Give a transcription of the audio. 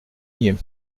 nier